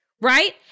right